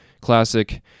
Classic